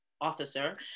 officer